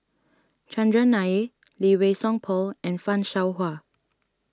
Chandran Nair Lee Wei Song Paul and Fan Shao Hua